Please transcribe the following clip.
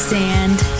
sand